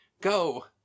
Go